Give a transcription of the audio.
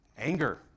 anger